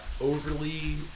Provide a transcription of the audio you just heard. overly